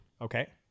Okay